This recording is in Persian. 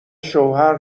شوهر